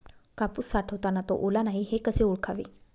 कापूस साठवताना तो ओला नाही हे कसे ओळखावे?